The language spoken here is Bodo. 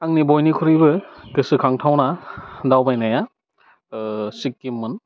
आंनि बयनिख्रुइबो गोसोखांथावना दावबायनाया सिक्किम मोन